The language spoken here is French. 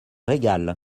régal